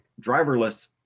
driverless